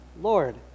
lord